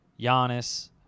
Giannis